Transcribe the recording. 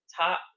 top